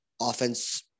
offense